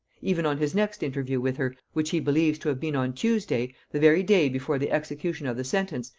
even on his next interview with her, which he believes to have been on tuesday, the very day before the execution of the sentence,